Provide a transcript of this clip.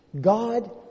God